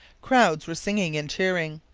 crowds were singing and cheering.